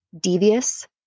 devious